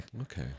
Okay